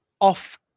off